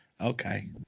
Okay